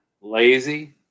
lazy